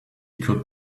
could